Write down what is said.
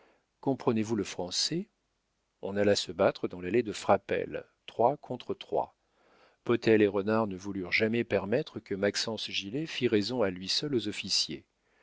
comprenez-vous le français on alla se battre dans l'allée de frapesle trois contre trois potel et renard ne voulurent jamais permettre que maxence gilet fît raison à lui seul aux officiers